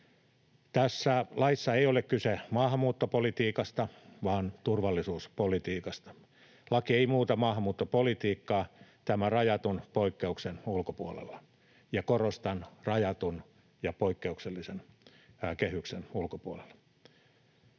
Tässä laissa ei ole kyse maahanmuuttopolitiikasta vaan turvallisuuspolitiikasta. Laki ei muuta maahanmuuttopolitiikkaa tämän rajatun poikkeuksen ulkopuolella — ja korostan: rajatun ja poikkeuksellisen kehyksen ulkopuolella.